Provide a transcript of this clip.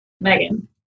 Megan